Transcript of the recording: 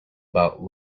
about